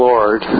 Lord